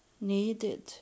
needed